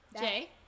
Jay